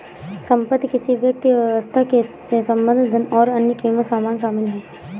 संपत्ति किसी व्यक्ति या व्यवसाय से संबंधित धन और अन्य क़ीमती सामान शामिल हैं